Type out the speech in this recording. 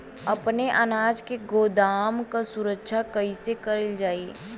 अपने अनाज के गोदाम क सुरक्षा कइसे करल जा?